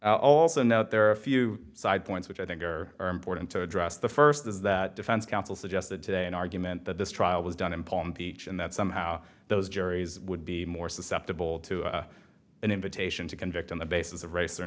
all also note there are a few side points which i think are important to address the first is that defense counsel suggested today an argument that this trial was done in palm beach and that somehow those juries would be more susceptible to an invitation to convict on the basis of race or